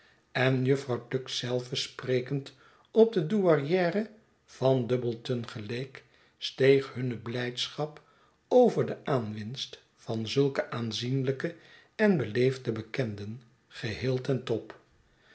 en jufvrouw tuggs zelve sprekend op de douairiere van dobbleton geleek steeg hunne blijdschap over de aanwinst van zulke aanzienlijke en beleefde bekenden geheel ten top